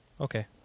okay